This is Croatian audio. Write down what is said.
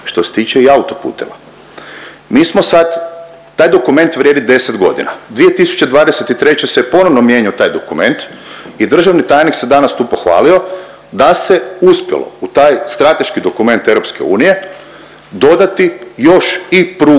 što se tiče i autoputeva. Mi smo sad, taj dokument vrijedi 10 godina 2023. se ponovno mijenjao taj dokument i državni tajnik se danas tu pohvalio da se uspjelo u taj strateški dokument EU dodati još i prugu